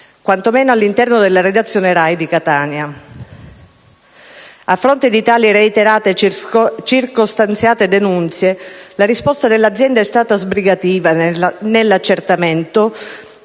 quanto meno all'interno della redazione RAI di Catania. A fronte di tali reiterate e circostanziate denunce, la risposta dell'azienda è stata sbrigativa nell'accertamento,